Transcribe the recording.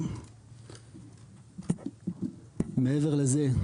מעבר לזה,